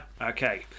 Okay